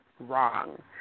Wrong